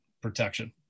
protection